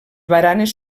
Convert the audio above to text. baranes